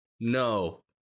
No